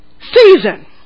season